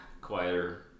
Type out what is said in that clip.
Quieter